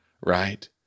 right